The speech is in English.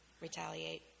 retaliate